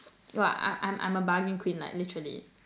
!wah! I'm I'm I'm a bargain queen lah literally